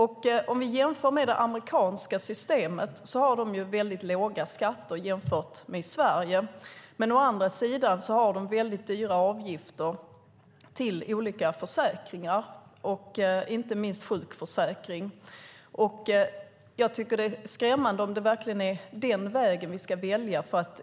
Vi kan jämföra med det amerikanska systemet. Där har man mycket låga skatter jämfört med Sverige. Men å andra sidan har man mycket höga avgifter för olika försäkringar, inte minst sjukförsäkring. Jag tycker att det är skrämmande om det verkligen är den vägen som vi ska välja.